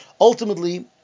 Ultimately